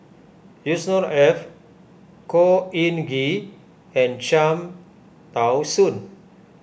Yusnor Ef Khor Ean Ghee and Cham Tao Soon